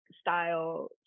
style